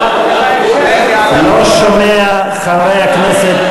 לא שומע, חברי הכנסת.